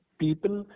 people